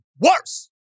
worse